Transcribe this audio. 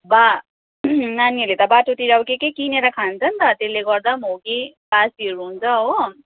बा नानीहरूले त बाटोतिर के के किनेर खान्छ नि त त्यसले गर्दा पनि हो कि बासीहरू हुन्छ हो